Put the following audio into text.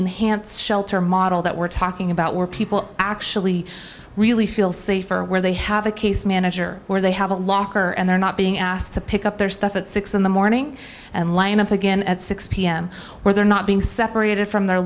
enhanced shelter model that we're talking about where people actually really feel safer where they have a case manager where they have a locker and they're not being asked to pick up their stuff at six in the morning and line up again at six pm or they're not being separated from their